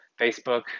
Facebook